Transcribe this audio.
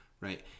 right